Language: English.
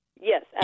Yes